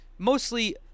mostly